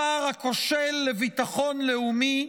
השר הכושל לביטחון לאומי,